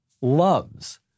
loves